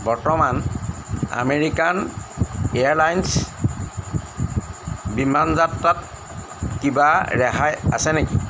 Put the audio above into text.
বৰ্তমান American airlines বিমান যাত্ৰাত কিবা ৰেহাই আছে নেকি